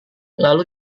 lalu